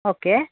okay